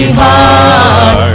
heart